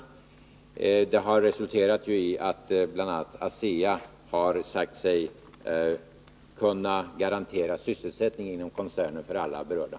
Överläggningarna har resulterat i att bl.a. ASEA har sagt sig kunna garantera sysselsättning inom koncernen för alla berörda.